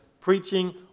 preaching